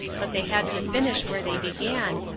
but they had to finish where they began,